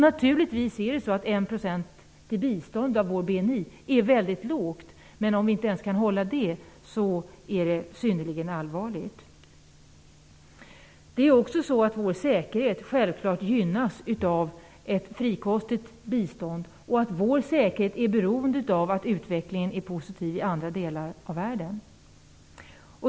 Naturligtvis är 1 % av vår BNI till bistånd väldigt lågt, men om vi inte ens kan hålla det är det synnerligen allvarligt. Det är också så att vår säkerhet självklart gynnas av ett frikostigt bistånd och att den är beroende av att utvecklingen är positiv i andra delar av världen.